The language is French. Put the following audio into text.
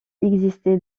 existé